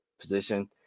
position